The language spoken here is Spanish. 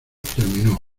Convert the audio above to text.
terminó